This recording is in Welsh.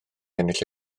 ennill